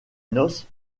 noce